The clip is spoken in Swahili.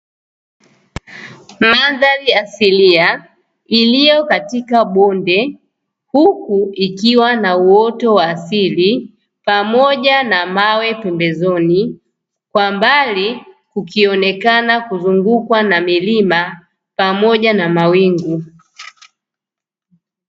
Mandhari asilia iliyo katika bonde huku ikiwa na uoto wa asili pamoja na mawe pembezoni kwa mbali kukionekena kuzungukwa na milima pamoja na mawingu.